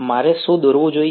મારે શું દોરવું જોઈએ